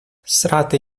срати